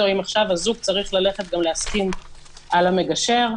או אם עכשיו הזוג צריך ללכת גם להסכים על המגשר.